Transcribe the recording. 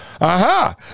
aha